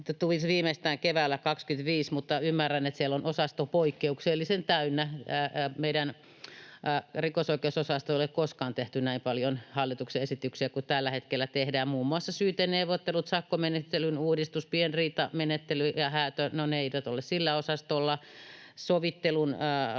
tulisivat viimeistään keväällä 25, mutta ymmärrän, että siellä on osasto poikkeuksellisen täynnä. Meidän rikosoikeusosastolla ei ole koskaan tehty näin paljon hallituksen esityksiä kuin tällä hetkellä tehdään: muun muassa syyteneuvottelut, sakkomenettelyn uudistus, pienriitamenettely ja häätö — no, ne eivät ole sillä osastolla — rikosasioiden